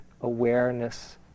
awareness